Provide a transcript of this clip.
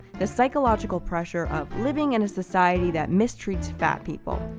the psychological pressure of living in a society that mistreats fat people,